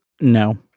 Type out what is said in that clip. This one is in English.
No